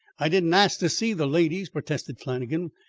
i didn't ask to see the ladies, protested flannagan,